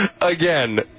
Again